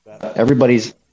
Everybody's